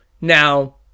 Now